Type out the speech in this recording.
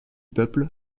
peuple